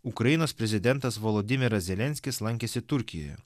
ukrainos prezidentas volodymyras zelenskis lankėsi turkijoje